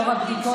לאור הבדיקות,